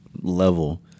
level